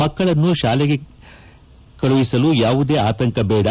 ಮಕ್ಕಳನ್ನು ಶಾಲೆಗಳನ್ನು ಕಳುಹಿಸಲು ಯಾವುದೇ ಆತಂಕಬೇಡ